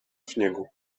śniegu